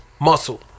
Muscle